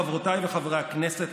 חברותיי וחבריי חברי הכנסת,